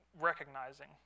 recognizing